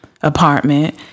apartment